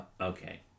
okay